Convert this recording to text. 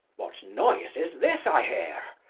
what noise is this i heare?